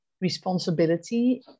responsibility